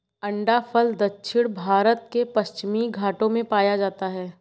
अंडाफल दक्षिण भारत के पश्चिमी घाटों में पाया जाता है